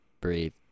breathe